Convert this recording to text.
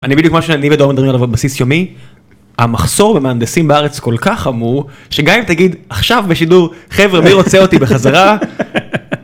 אני בדיוק מה שאני ודורון מדברים עליו על בסיס יומי המחסור במהנדסים בארץ כל כך חמור שגם אם תגיד עכשיו בשידור חברה מי רוצה אותי בחזרה.